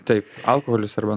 taip alkoholis arba